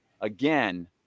again